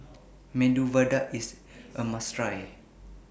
Medu Vada IS A must Try